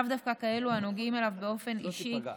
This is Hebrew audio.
לאו דווקא כאלה הנוגעים לו באופן אישי,